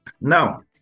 now